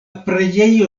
preĝejo